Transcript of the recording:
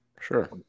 Sure